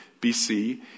BC